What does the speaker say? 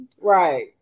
Right